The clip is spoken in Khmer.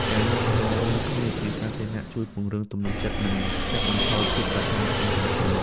ការញ៉ាំអាហាររួមគ្នាជាសាធារណៈ ជួយពង្រឹងទំនុកចិត្ត និងកាត់បន្ថយភាពប្រច័ណ្ឌក្នុងទំនាក់ទំនង។